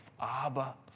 Abba